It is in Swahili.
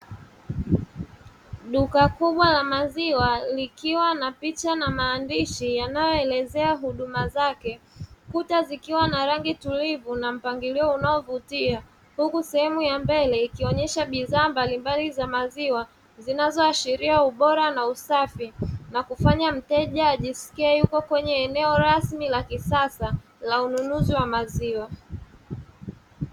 Duka kubwa la maziwa likiwa na picha na maandishi yanayoelezea huduma zake, kuta zikiwa na rangi tulivu na mpangilio unaovutiwa, huku mbele ikionyesha bidhaa mbalimbali za maziwa zinazoashiria ubora na usafi na kufanya mteja ajiskie yuko kwenye eneo rasmi la kisasa la ununuzi wa maziwa.